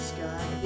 Sky